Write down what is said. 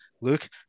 Luke